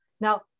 Now